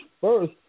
first